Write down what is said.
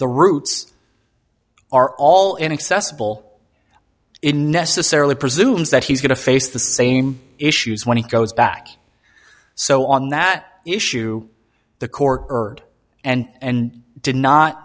the routes are all inaccessible it necessarily presumes that he's going to face the same issues when he goes back so on that issue the court heard and did not